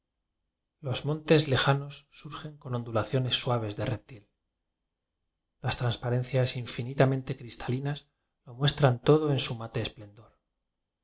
s montes lejanos surgen con ondula ciones suaves de reptil las transparencias infinitamente cristalinas lo muestran todo en su mate esplendor